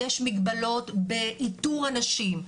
יש מגבלות באיתור אנשים.